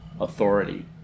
authority